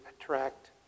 attract